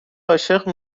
عاشق